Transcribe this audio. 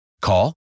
Call